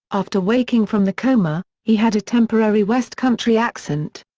after waking from the coma, he had a temporary west country accent.